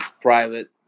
private